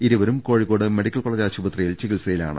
ഇരുവരും Kozhikode medical college ആശു പത്രിയിൽ ചികിത്സയിലാണ്